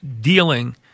dealing